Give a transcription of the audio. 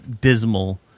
dismal